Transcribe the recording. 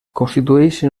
constitueixen